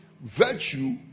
virtue